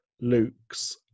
Luke's